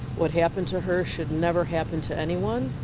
what happened to her should never happen to anyone.